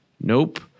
nope